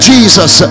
Jesus